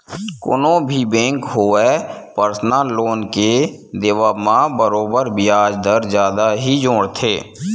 कोनो भी बेंक होवय परसनल लोन के देवब म बरोबर बियाज दर जादा ही जोड़थे